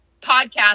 podcast